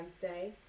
today